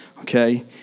okay